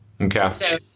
Okay